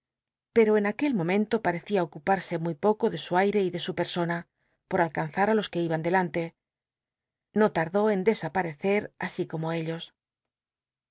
pero en aquel momento parecía ocuparse muy poco de su aic y de su pcr snna por alcanzar á los que iban delan te no tal'dó en desaparecer así co mo ellos